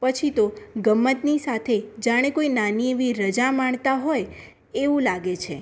પછી તો ગમ્મતની સાથે જાણે કોઈ નાની એવી રાજા માણતા હોય એવું લાગે છે